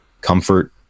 comfort